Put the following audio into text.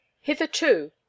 hitherto